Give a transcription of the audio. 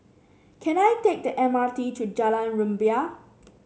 can I take the M R T to Jalan Rumbia